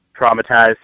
traumatized